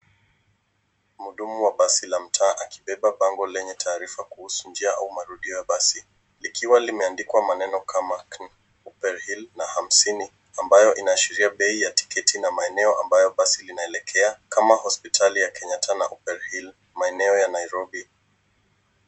Muhudumu wa basi la mtaa akibeba bango lenye taarifa kuhusu njia au marudio ya basi likiwa limeandikwa maneno kama Upperhill na hamsini ambayo inaashiria bei ya tikiti na maeneo ambayo basi linaelekea kama hospitali ya Kenyatta na Upperhill maeneo ya Nairobi.